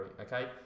okay